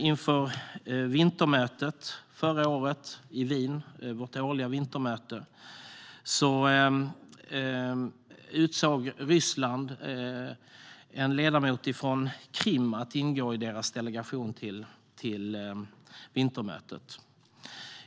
Inför det årliga vintermötet i Wien förra året utsåg Ryssland en ledamot från Krim att ingå i landets delegation.